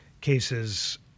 cases